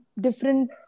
different